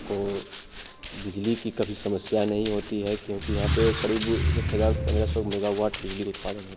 को बिजली की कभी समस्या नहीं होती है क्योंकि यहाँ पर क़रीब एक हज़ार पंद्रह सौ मेगावाट बिजली का उत्पादन होता